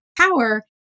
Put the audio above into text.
power